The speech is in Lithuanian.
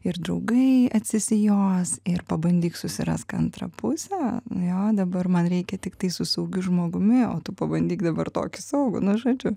ir draugai atsisijos ir pabandyk susirask antrą pusę nu jo dabar man reikia tiktai su saugiu žmogumi o tu pabandyk dabar tokį saugų nu žodžiu